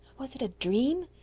was it a dream?